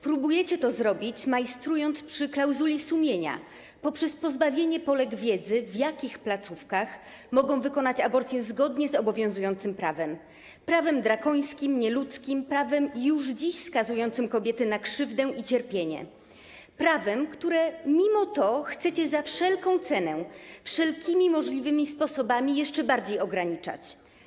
Próbujecie to zrobić, majstrując przy klauzuli sumienia, poprzez pozbawienie Polek wiedzy, w jakich placówkach mogą wykonać aborcję zgodnie z obowiązującym prawem - prawem drakońskim, nieludzkim, prawem już dziś skazującym kobiety na krzywdę i cierpienie, prawem, które mimo to chcecie za wszelką cenę, wszelkimi możliwymi sposobami jeszcze bardziej ograniczać.